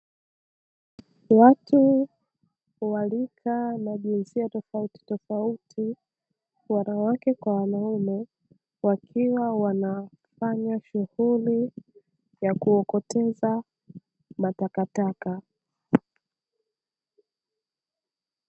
Watu wa rika na jinsia tofautitofauti, wanawake kwa wanaume, wakiwa wanafanya shughuli ya kuokoteza matakataka.